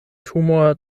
tumor